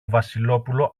βασιλόπουλο